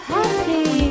Happy